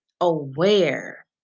aware